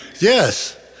Yes